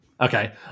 Okay